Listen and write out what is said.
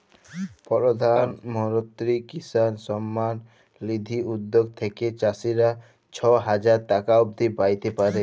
পরধাল মলত্রি কিসাল সম্মাল লিধি উদ্যগ থ্যাইকে চাষীরা ছ হাজার টাকা অব্দি প্যাইতে পারে